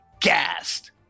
gassed